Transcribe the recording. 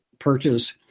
purchase